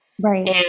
right